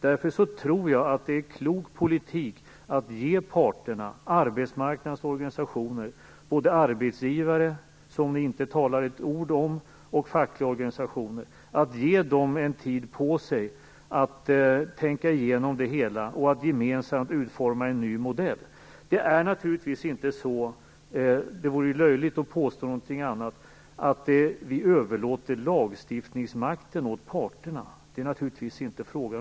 Därför tror jag att det är klok politik att ge parterna, arbetsmarknadens organisationer, både arbetsgivare - som ni inte talar ett ord om - och fackliga organisationer, tid på sig att tänka igenom det hela och att gemensamt utforma en ny modell. Det är naturligtvis inte frågan om - det vore löjligt att påstå någonting sådant - att vi överlåter lagstiftningsmakten åt parterna.